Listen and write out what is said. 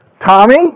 Tommy